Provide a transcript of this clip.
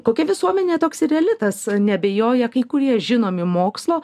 kokia visuomenė toks ir elitas neabejoja kai kurie žinomi mokslo